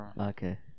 Okay